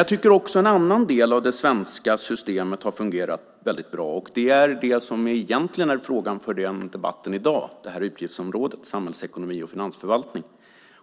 Jag tycker också att en annan del av det svenska systemet har fungerat väldigt bra, och det är det som egentligen är frågan för debatten i dag på utgiftsområdet Samhällsekonomi och finansförvaltning,